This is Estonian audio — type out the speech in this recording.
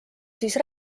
siis